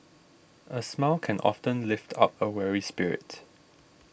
a smile can often lift up a weary spirit